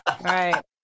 Right